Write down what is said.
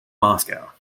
moscow